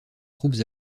troupes